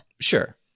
Sure